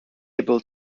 able